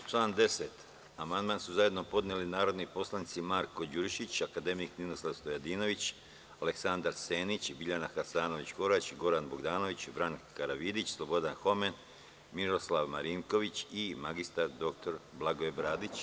Na član 10. amandman su zajedno podneli narodni poslanici Marko Đurišić, akademik Ninoslav Stojadinović, Aleksandar Senić, Biljana Hasanović Korać, Goran Bogdanović, Branka Karavidić, Slobodan Homen, Miroslav Marinković i mr dr Blagoje Bradić.